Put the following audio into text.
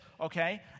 okay